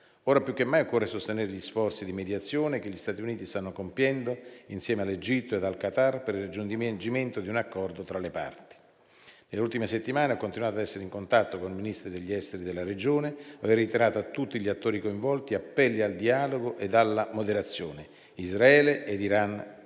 Ora più che mai occorre sostenere gli sforzi di mediazione che gli Stati Uniti stanno compiendo insieme all'Egitto e al Qatar per il raggiungimento di un accordo tra le parti. Nelle ultime settimane ho continuato ad essere in contatto con i Ministri degli esteri della regione e ho reiterato a tutti gli attori coinvolti appelli al dialogo e alla moderazione, Israele e Iran inclusi;